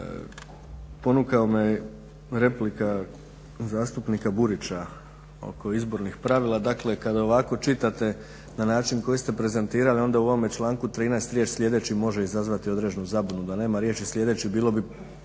ponukao me replika zastupnika Burića oko izbornih pravila. Dakle kada ovako čitate na način koji ste prezentirali onda u ovome članku 13.riječ sljedeći može izazvati određenu zabunu. Da nema riječi sljedeće bilo bi